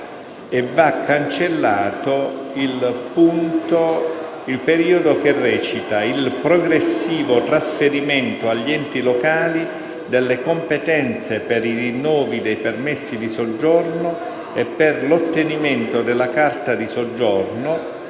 per ricerca di occupazione"; il progressivo trasferimento agli enti locali delle competenze per i rinnovi dei permessi di soggiorno e per l'ottenimento della carta di soggiorno,